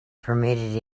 permitted